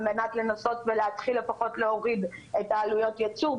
על מנת לנסות ולהתחיל להוריד את עלויות הייצור,